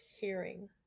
hearing